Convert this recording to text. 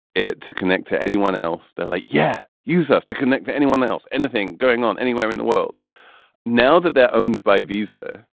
it to connect to anyone else they like. yeah. use us to connect to anyone else. anything going on anywhere in the world now that they're owned by visa.